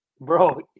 Bro